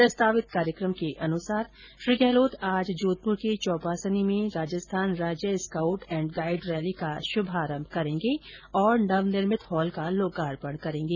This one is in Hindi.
प्रस्तावित कार्यक्रम के अनुसार श्री गहलोत आज जोधपुर के चौपासनी में राजस्थान राज्य स्काउट एण्ड गाइड रैली का शुभारम्भ करेंगे और नवनिर्मित हॉल का लोकार्पण करेंगे